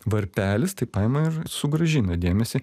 varpelis taip paima ir sugrąžina dėmesį